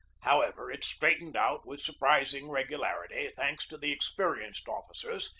how ever, it straightened out with surprising regularity, thanks to the experienced officers,